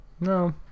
No